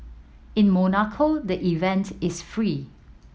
in Monaco the event is free